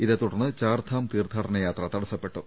ഇതേ തുടർന്ന് ചാർഥാം തീർത്ഥാടന യാത്ര തടസ്സപ്പെട്ടു